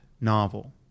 novel